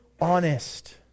honest